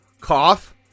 cough